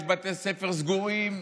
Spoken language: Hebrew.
יש בתי ספר סגורים,